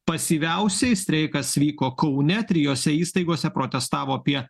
pasyviausiai streikas vyko kaune trijose įstaigose protestavo apie